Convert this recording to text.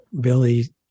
Billy